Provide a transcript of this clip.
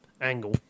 angle